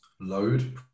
load